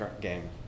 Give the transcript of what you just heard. game